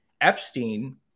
Epstein